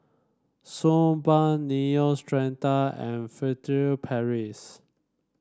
Suu Balm Neostrata and Furtere Paris